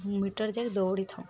metre ଯାଏ ଦୌଡ଼ିଥାଉ